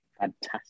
Fantastic